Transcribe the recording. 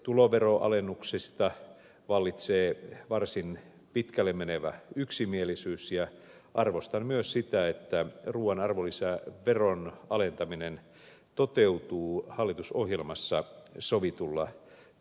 tuloveronalennuksista vallitsee varsin pitkälle menevä yksimielisyys ja arvostan myös sitä että ruuan arvonlisäveron alentaminen toteutuu hallitusohjelmassa sovitulla tavalla